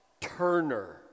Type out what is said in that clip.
turner